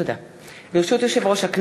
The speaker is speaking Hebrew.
התשע-עשרה יום